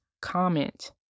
comment